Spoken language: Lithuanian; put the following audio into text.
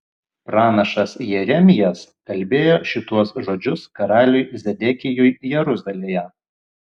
pranašas jeremijas kalbėjo šituos žodžius karaliui zedekijui jeruzalėje